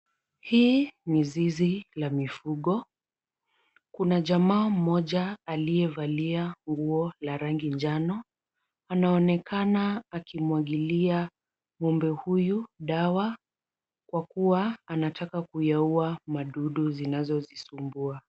Hii ni zizi la mifugo. Kuna jamaa mmoja aliyevalia nguo la rangi njano. Anaonekana akimwagilia ngombe huyu dawa kwa kuwa anataka kuyaua madudu zinazozisumbua.